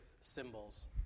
symbols